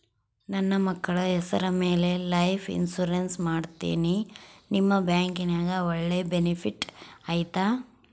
ನನ್ನ ಮಕ್ಕಳ ಹೆಸರ ಮ್ಯಾಲೆ ಲೈಫ್ ಇನ್ಸೂರೆನ್ಸ್ ಮಾಡತೇನಿ ನಿಮ್ಮ ಬ್ಯಾಂಕಿನ್ಯಾಗ ಒಳ್ಳೆ ಬೆನಿಫಿಟ್ ಐತಾ?